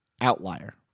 outlier